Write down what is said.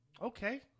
Okay